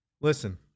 Listen